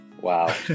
Wow